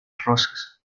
rosas